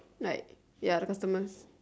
like ya customers